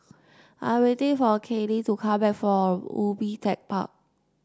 I'm waiting for Kailee to come back from Ubi Tech Park